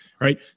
right